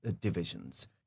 divisions